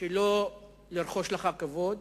שלא לרחוש לך כבוד